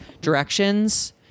directions